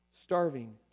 starving